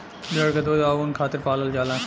भेड़ के दूध आ ऊन खातिर पलाल जाला